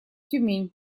тюмень